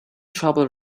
trouble